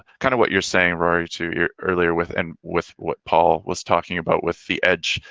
kind of what you're saying rory to your earlier with and with what paul was talking about with the edge,